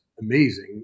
amazing